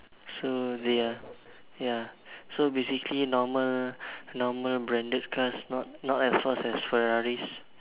so ya ya so basically normal branded cars not as fast as ferraries